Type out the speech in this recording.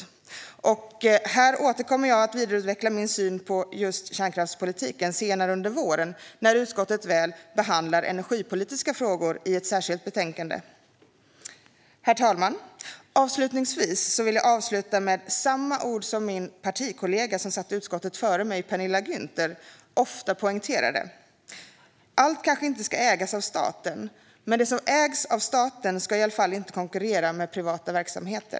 Jag kommer senare under våren att återkomma och vidareutveckla min syn på kärnkraftspolitiken när utskottet behandlar energipolitiska frågor i ett särskilt betänkande. Herr talman! Jag vill avsluta med samma ord som min partikollega som satt i utskottet före mig, Penilla Gunther, ofta använde för att poängtera detta: Allt ska kanske inte ägas av staten, men det som ägs av staten ska i alla fall inte konkurrera med privata verksamheter.